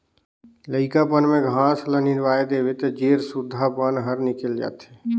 लइकापन में घास ल निंदवा देबे त जेर सुद्धा बन हर निकेल जाथे